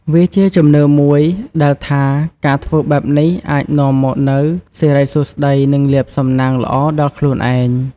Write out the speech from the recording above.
វាជាជំនឿមួយដែលថា ការធ្វើបែបនេះអាចនាំមកនូវសិរីសួស្តី និងលាភសំណាងល្អដល់ខ្លួនឯង។